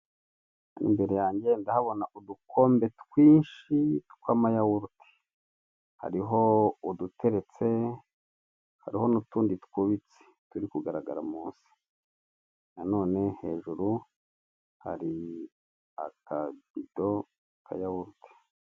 Imbere yanjye ndabona udukombe twinshi tw'amayawurute, hariho uduteretse, hariho n'utundi twubitse turi kugaragara munsi nanone hejuru hari akabido kayawurute.